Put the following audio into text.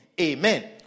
Amen